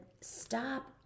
stop